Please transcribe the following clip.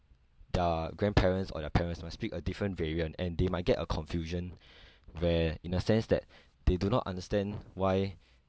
their grandparents or their parents may speak a different variant and they might get a confusion where in a sense that they do not understand why